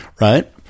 right